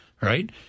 right